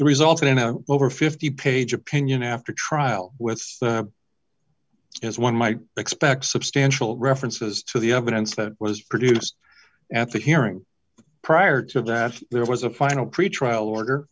resulted in a over fifty page opinion after trial with as one might expect substantial references to the evidence that was produced at the hearing prior to that there was a final pretrial